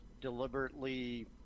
deliberately